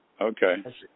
Okay